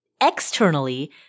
externally